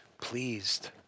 pleased